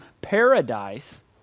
paradise